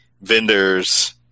vendors